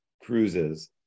cruises